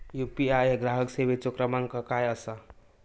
UPI ग्राहक सेवेचो क्रमांक काय असा?